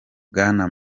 bwana